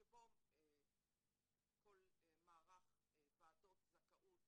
שבו כל מערך ועדות זכאות